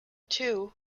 two